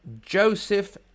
Joseph